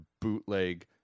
bootleg